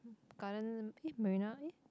garden marina eh